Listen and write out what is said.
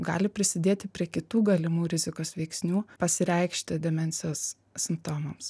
gali prisidėti prie kitų galimų rizikos veiksnių pasireikšti demencijos simptomams